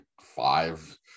five